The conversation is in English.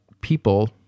people